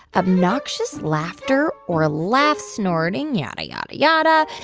obnoxious laughter or laugh snorting yada yada yada.